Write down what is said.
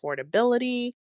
affordability